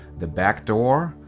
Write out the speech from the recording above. the backdoor,